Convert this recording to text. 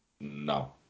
No